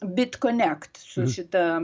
bitconnect su šita